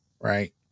right